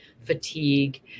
fatigue